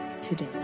today